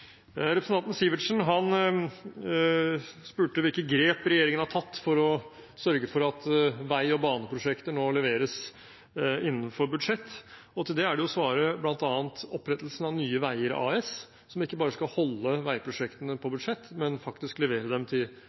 Representanten Sivertsen spurte hvilke grep regjeringen har tatt for å sørge for at vei- og baneprosjekter nå leveres innenfor budsjett. Til det er det å svare bl.a.: opprettelsen av Nye Veier AS, som ikke bare skal holde veiprosjektene på budsjett, men faktisk levere dem til